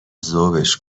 ذوبش